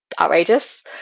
outrageous